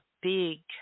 big